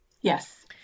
Yes